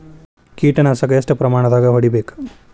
ಕೇಟ ನಾಶಕ ಎಷ್ಟ ಪ್ರಮಾಣದಾಗ್ ಹೊಡಿಬೇಕ?